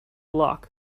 loch